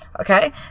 Okay